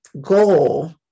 goal